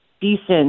decent